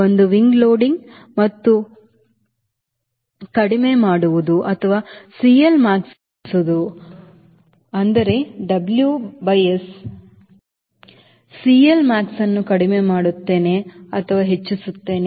ಒಂದು ರೆಕ್ಕೆ ಲೋಡಿಂಗ್ ಅನ್ನು ಕಡಿಮೆ ಮಾಡುವುದು ಅಥವಾ CL maxವನ್ನು ಹೆಚ್ಚಿಸುವುದು ಅಂದರೆ WS ನಾನು CL max ಅನ್ನು ಕಡಿಮೆ ಮಾಡುತ್ತೇನೆ ಅಥವಾ ಹೆಚ್ಚಿಸುತ್ತೇನೆ